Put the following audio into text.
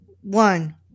one